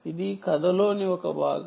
ఇది కథలోని ఒక భాగం